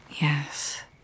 Yes